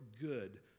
good